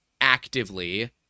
actively